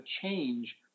change